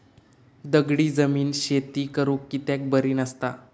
दगडी जमीन शेती करुक कित्याक बरी नसता?